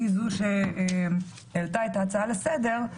והיא זו שהעלתה את ההצעה לסדר,